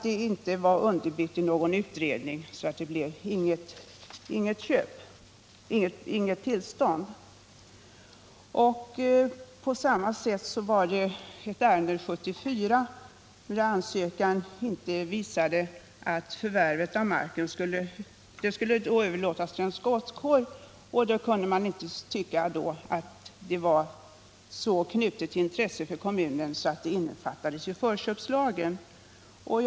Det förelåg emellertid ingen utredning som påvisade behovet, och det gavs då inget tillstånd till förköp. I ett fall år 1974 skulle den aktuella marken överlåtas till en scoutkår. Regeringen kunde inte finna att detta ändamål var så nära knutet till kommunens intressen att förköpslagen kunde tillämpas.